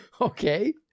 Okay